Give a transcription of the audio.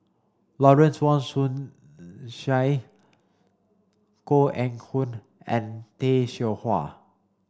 Lawrence Wong Shyun Tsai Koh Eng Hoon and Tay Seow Huah